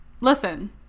listen